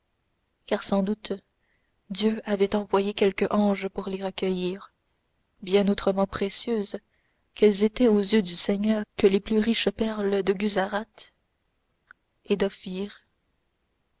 sans doute dieu avait envoyé quelque ange pour les recueillir bien autrement précieuses qu'elles étaient aux yeux du seigneur que les plus riches perles de gusarate et d'ophir